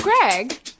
Greg